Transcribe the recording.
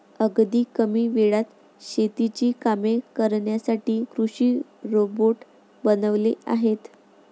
अगदी कमी वेळात शेतीची कामे करण्यासाठी कृषी रोबोट बनवले आहेत